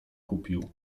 kupił